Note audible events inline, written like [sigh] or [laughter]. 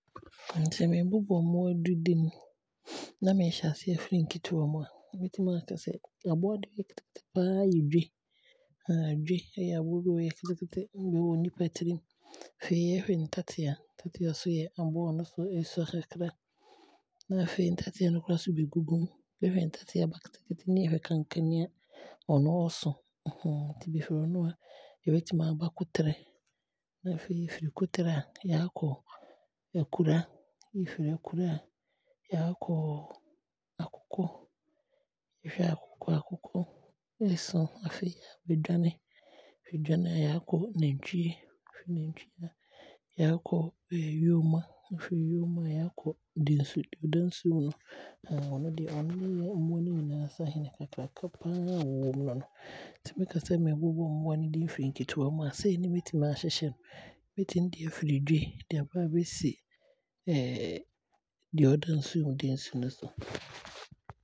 Sɛ meebobɔ mmoa du dini na meehyɛ aseɛ aafiri nketewa mu a, mɛtumi aakasɛ anoa deɛ ɔyɛ ketekete paa yɛ dwe, [hesitation] dwe yɛ aboa bi a ɔyɛ ketekete bɛwɔ nnipa tirim. Afei yɛhwɛ ntatea, ntatea nso yɛ aboa a ɛno no bɛsua kakra, na afei ntatea no nso koraa nso bɛgugu me bɛhwɛ ntatea ba ketewa na yɛhwɛ kakahini a, ɔno ɔso [hesitation] bɛfiri ɔno a, yɛbɛtumi aaba koterɛ, na afei yɛfiri koterɛ a na yaakɔ akura, yɛfiri akura a na yaakɔ akokɔ, wohwɛ akokɔ a, akokɔ ɛnso. Afei na yaakɔ dwane, yɛfiri dwane a na yaakɔ nantwie, yɛfiri nantwie a na yaakɔ [hesitation] yooma, yɛfiri yooma a na yaakɔ dɛnsu. Dɛnsu deɛ ɔda nsuo mu no [hesitation] ɔno deɛ ɔno ne yɛ mmoa no nyinaa sahene, kɛseɛ paa ɔwɔ mu no no. Nti mekasɛ meebobɔ mmoa no dini firi nketewa mu a sei ne mɛtumi aahyehyɛ no, mɛtumi de firi dwe de aaba aabɛsi [hesitation] deɛ ɔda nsuo mu dɛnsu ne so. [noise]